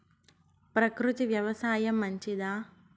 ప్రకృతి వ్యవసాయం మంచిదా?